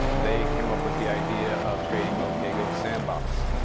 they came up with the idea of creating ok go sandbox.